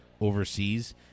overseas